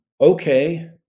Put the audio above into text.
okay